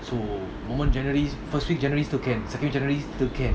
so moment january first week january still second january still can